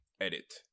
edit